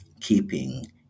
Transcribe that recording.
keeping